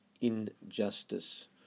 injustice